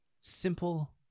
simple